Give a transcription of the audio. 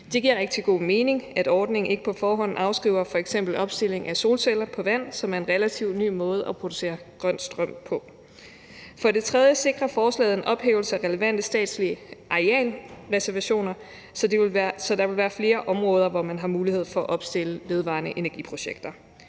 Det giver rigtig god mening, at ordningen ikke på forhånd afskriver f.eks. opstilling af solceller på vand, som er en relativt ny måde at producere grøn strøm på. For det tredje sikrer forslaget en ophævelse af relevante statslige arealreservationer, så der vil være flere områder, hvor man har mulighed for at opstille vedvarende energi-projekter.